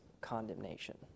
condemnation